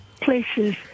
places